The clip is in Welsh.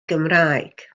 gymraeg